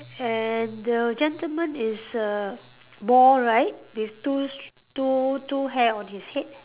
and the gentleman is uh bald right with two s~ two two hair on his head